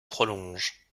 prolonge